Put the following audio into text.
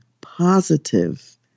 positive